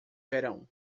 verão